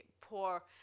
poor